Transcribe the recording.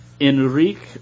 Enrique